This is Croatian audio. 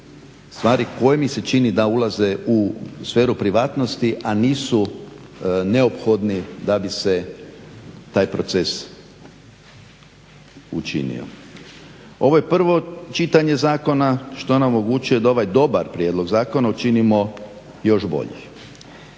stvari koje mi se čini da ulaze u sferu privatnosti, a nisu neophodni da bi se taj proces učinio. Ovo je prvo čitanje zakona što nam omogućuje da ovaj dobar prijedlog zakona učinimo još boljim.